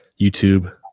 YouTube